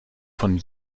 von